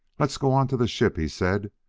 let's go on to the ship, he said.